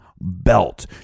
belt